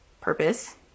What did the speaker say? purpose